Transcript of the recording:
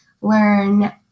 learn